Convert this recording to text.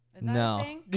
No